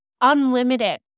unlimited